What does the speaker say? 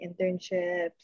internships